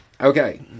Okay